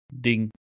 ding